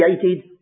created